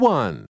one